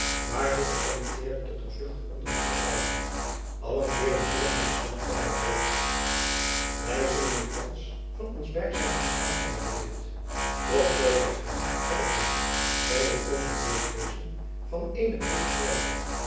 waar zich gekommitteerden tot een vluchtig onderzoek bepaalden allen keerden hierop naar de slaapkamer terug wy zullen u thands van ons byzijn ontslaan zeide de witt doch voor wy gaan heb ik my zij het ook met leedwezen van éénen plicht te kwijten